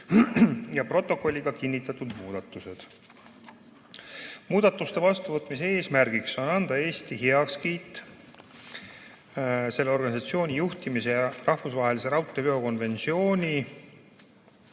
ja protokolliga kinnitatud muudatused. Muudatuste vastuvõtmise eesmärk on anda Eesti heakskiit selle organisatsiooni juhtimise ja rahvusvahelise raudteeveo konventsiooni